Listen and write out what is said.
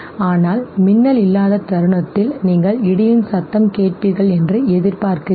ஆனால் மின்னல் இல்லாத தருணத்தில் நீங்கள் இடியின் சத்தம் கேட்பீர்கள் என்று எதிர்பார்க்கிறீர்கள்